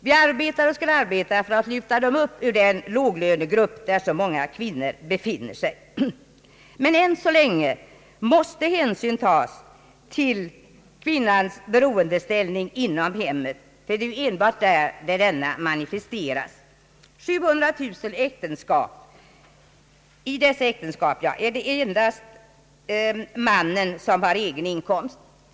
Vi arbetar och skall arbeta för att lyfta dem upp ur den låglönegrupp, där många kvinnor befinner sig. Men än så länge måste hänsyn tas till kvinnans beroendeställning inom hemmet, ty det är enbart där som denna manifesteras. I 700000 äktenskap är det endast mannen som har egen inkomst.